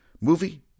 Movie